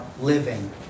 living